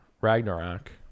Ragnarok